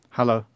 Hello